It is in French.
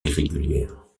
irrégulière